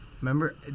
remember